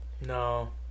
No